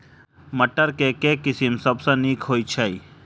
मटर केँ के किसिम सबसँ नीक होइ छै?